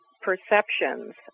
perceptions